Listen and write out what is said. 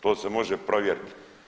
To se može provjerit.